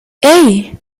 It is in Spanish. hey